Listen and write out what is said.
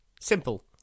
Simple